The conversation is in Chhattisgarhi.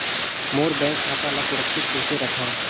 मोर बैंक खाता ला सुरक्षित कइसे रखव?